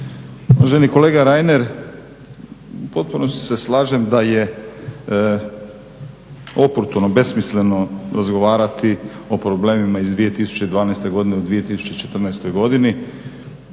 Uvaženi kolega Reiner u potpunosti se slažem da je oportuno, besmisleno razgovarati o problemima iz 2012.godine u 2014.godini